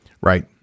Right